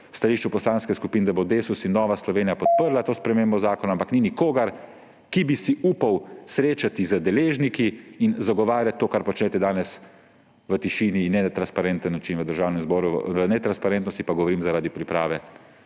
stališču poslanskih skupin, da bosta Desus in Nova Slovenija podprla to spremembo zakona, ampak ni nikogar, ki bi si upal srečati z deležniki in zagovarjati to, kar počnete danes v tišini in na netransparenten način v Državnem zboru. O netransparentnosti pa govorim zaradi priprave